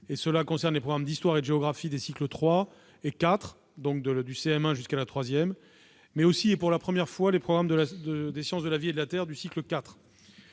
été concernés les programmes d'histoire et de géographie des cycles 3 et 4-du CM1 jusqu'à la troisième -, mais aussi, et pour la première fois, les programmes de sciences de la vie et de la Terre du cycle 4.